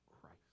Christ